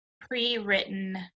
pre-written